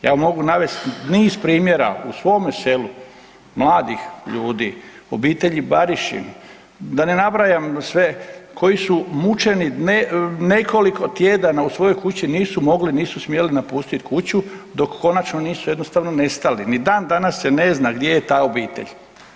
Ja mogu navesti niz primjera u svome selu mladih ljudi, obitelji Barišić, da ne nabrajam sve koji su mućeni nekoliko tjedana u svojoj kući, nisu mogli, nisu smjeli napustit kuću dok konačno nisu jednostavno nestali, ni dan danas se ne zna gdje je ta obitelj.